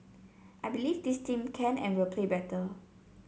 I believe this team can and will play better